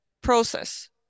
process